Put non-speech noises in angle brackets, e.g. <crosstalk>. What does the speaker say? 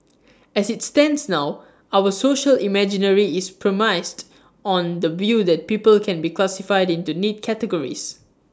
<noise> as IT stands now our social imaginary is premised <noise> on the view that people can be classified into neat categories